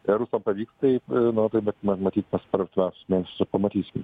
ar rusam pavyks tai nu tai bet matyt mes per artimiausius mėnesius ir pamatysim